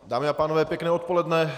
Dámy a pánové, pěkné odpoledne.